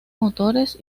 motores